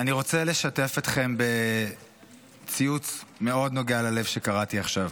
אני רוצה לשתף אתכם בציוץ מאוד נוגע ללב שקראתי עכשיו,